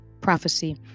prophecy